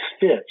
fits